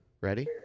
ready